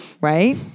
right